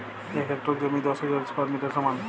এক হেক্টর জমি দশ হাজার স্কোয়ার মিটারের সমান